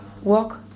walk